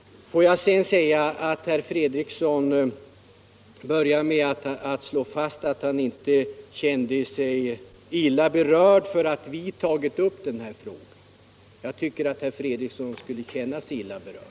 Herr Fredriksson började med att slå fast att han inte kände sig illa berörd av att vi har tagit upp denna fråga. Jag tycker att herr Fredriksson borde känna sig illa berörd.